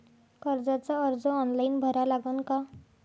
कर्जाचा अर्ज ऑनलाईन भरा लागन का?